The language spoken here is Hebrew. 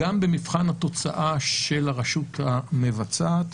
גם במבחן התוצאה של הרשות המבצעת,